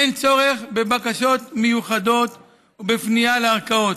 אין צורך בבקשות מיוחדות או בפנייה לערכאות,